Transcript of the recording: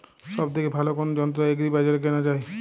সব থেকে ভালো কোনো যন্ত্র এগ্রি বাজারে কেনা যায়?